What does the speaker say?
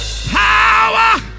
power